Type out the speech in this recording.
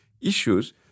issues